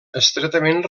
estretament